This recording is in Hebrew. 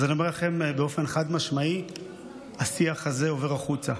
אז אני אומר לכם באופן חד-משמעי שהשיח הזה עובר החוצה.